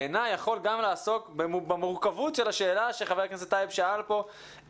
בעיניי יכול גם לעסוק במורכבות של השאלה שחבר הכנסת טייב שאל פה,